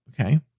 Okay